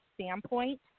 standpoint